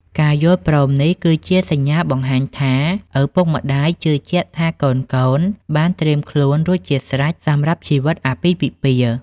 ការយល់ព្រមនេះគឺជាសញ្ញាបង្ហាញថា ឪពុកម្ដាយជឿជាក់ថាកូនៗបានត្រៀមខ្លួនរួចជាស្រេចសម្រាប់ជីវិតអាពាហ៍ពិពាហ៍។